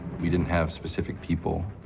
we didn't have specific people,